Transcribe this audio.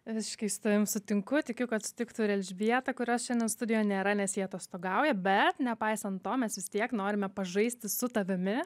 visiškai su tavim sutinku tikiu kad sutiktų ir elžbieta kurios šiandien studijoj nėra nes ji atostogauja bet nepaisant to mes vis tiek norime pažaisti su tavimi